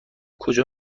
کجا